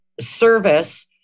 service